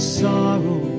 sorrow